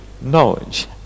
knowledge